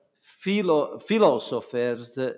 philosophers